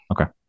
Okay